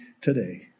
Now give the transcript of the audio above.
today